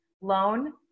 loan